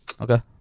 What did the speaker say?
Okay